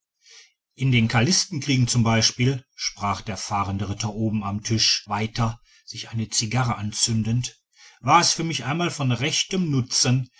in den karlistenkriegen zum beispiel sprach der fahrende ritter oben am tisch weiter sich eine zigarre anzündend war es für mich einmal von rechtem nutzen